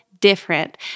different